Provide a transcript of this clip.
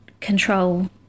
control